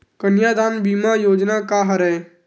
कन्यादान बीमा योजना का हरय?